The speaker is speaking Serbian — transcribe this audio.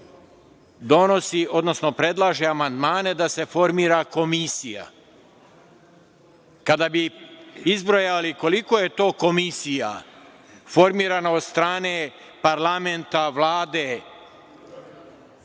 donosi, odnosno predlaže amandmane da se formira komisija. Kada bi izbrojali koliko je to komisija formirano od strane parlamenta, Vlade,